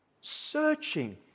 searching